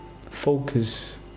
Focus